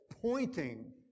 pointing